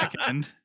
second